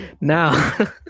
Now